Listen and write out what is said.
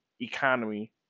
economy